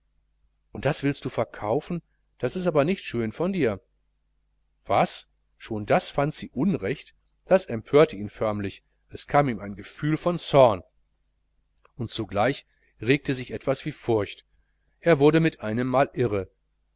und das willst du verkaufen das ist aber nicht schön von dir was schon das fand sie unrecht das empörte ihn förmlich es kam ein gefühl von zorn über ihn und zugleich regte sich etwas wie furcht er wurde mit einemmale irre